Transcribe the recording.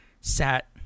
sat